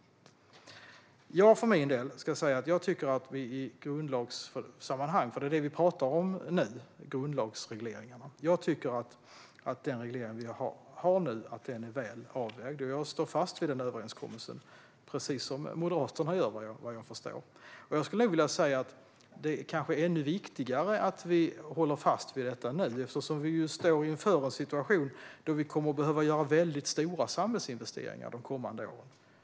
Här talar vi om sådant som är grundlagsreglerat. Jag tycker att den reglering vi har nu är väl avvägd. Jag står fast vid den överenskommelse som finns, precis som Moderaterna gör, vad jag förstår. Det är kanske ännu viktigare att vi håller fast vid detta nu eftersom vi ju står inför en situation där vi kommer att behöva göra väldigt stora samhällsinvesteringar de kommande åren.